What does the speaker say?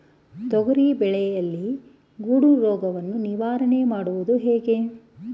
ತೊಗರಿ ಬೆಳೆಯಲ್ಲಿ ಗೊಡ್ಡು ರೋಗವನ್ನು ನಿವಾರಣೆ ಮಾಡುವುದು ಹೇಗೆ?